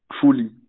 fully